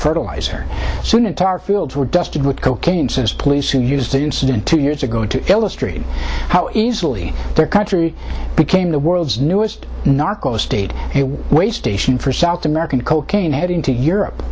fertilizer soon and tar fields were dusted with cocaine since police who use that incident two years ago to illustrate how easily their country became the world's newest narco state a way station for south american cocaine heading to europe